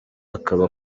akaba